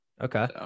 Okay